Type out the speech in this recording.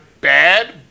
bad